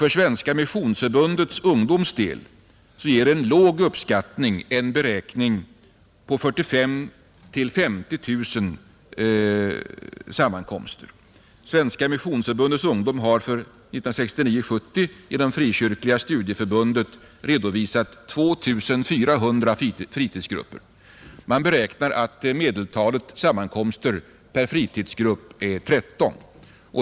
För Svenska missionsförbundets ungdoms del ger en låg uppskattning en beräkning på 45 000-50 000 sammankomster. SMU har för 1969/70 genom Frikyrkliga studieförbundet redovisat 2 400 fritidsgrupper. Man beräknar att medeltalet sammankomster per fritidsgrupp är 13.